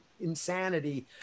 insanity